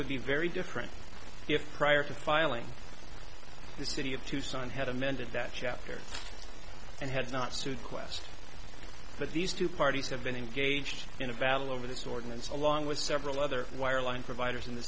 would be very different if prior to filing the city of tucson had amended that chapter and had not sued qwest but these two parties have been engaged in a battle over this ordinance along with several other wireline providers in the